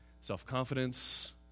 self-confidence